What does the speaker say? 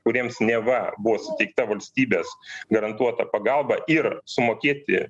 kuriems neva buvo suteikta valstybės garantuota pagalba ir sumokėti